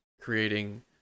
creating